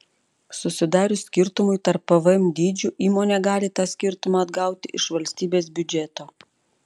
susidarius skirtumui tarp pvm dydžių įmonė gali tą skirtumą atgauti iš valstybės biudžeto